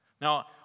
Now